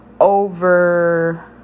over